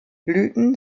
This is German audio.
blüten